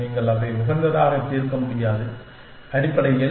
நீங்கள் அதை உகந்ததாக தீர்க்க முடியாது அடிப்படையில்